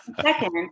Second